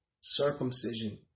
Circumcision